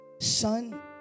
son